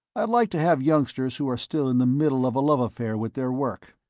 i like to have youngsters who are still in the middle of a love affair with their work.